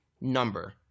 number